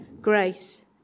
grace